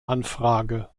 anfrage